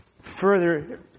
further